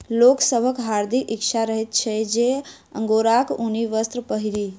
लोक सभक हार्दिक इच्छा रहैत छै जे अंगोराक ऊनी वस्त्र पहिरी